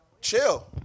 Chill